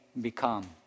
become